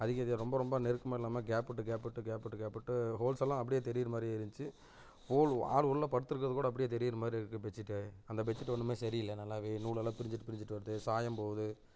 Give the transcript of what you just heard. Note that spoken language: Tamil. அதிகம் இது ரொம்ப ரொம்ப நெருக்கமாக இல்லாமல் கேப் விட்டு கேப் விட்டு கேப் விட்டு கேப் விட்டு ஹோல்ஸ் எல்லாம் அப்படியே தெரியற மாதிரியே இருந்துச்சு ஹோல் ஆள் உள்ளே படுத்துருக்கறதுக்கூட அப்படியே தெரிகிற மாதிரி இருக்குது பெட்ஷீட்டு அந்த பெட்ஷீட்டு ஒன்றுமே சரியில்லை நல்லாவே நூலெல்லாம் பிரிஞ்சுட்டு பிரிஞ்சுட்டு வருது சாயம் போகுது